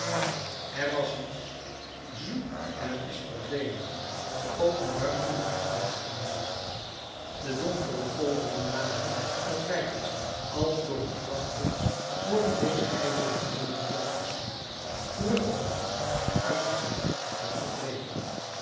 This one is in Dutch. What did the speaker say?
er was iets zoek en t is verdwenen de open ruimten verplaatsen zich de donkere golvingen naderen of wijken als door een grafwind worden deze heillooze drommen voortgestuwd teruggedrongen uitgezet en verdreven